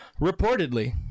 Reportedly